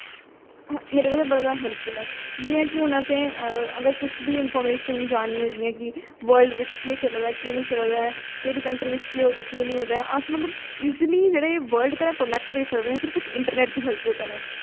मेरे कन्नै बड़ा ज्यादा हैल्पफुल ऐ जियां कि हून असें अगर कुछ बी इनफारमेशन जाननी होऐ जियां कि वर्ल्ड बिच्च केह् चला दा केह् नेईं चला दा ऐ केह्ड़ी कन्ट्री बिच्च केह् होआ दा के नेईं होआ दा अस मतलब इजली जेह्ड़े बर्ल्ड कन्नै कनेक्ट रेही सकदे सिर्फ इक इंटरनेट दी हैल्प दे कन्नै